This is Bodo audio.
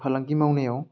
फालांगि मावनायाव